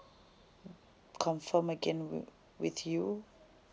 confirm again with with you